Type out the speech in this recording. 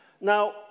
Now